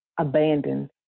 abandoned